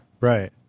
Right